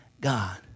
God